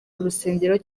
urusengero